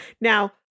Now